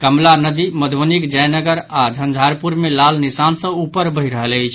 कमला नदी मधुबनीक जयनगर आओर झंझारपुर मे लाल निशान सॅ उपर बहि रहल अछि